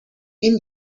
این